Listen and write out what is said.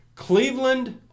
Cleveland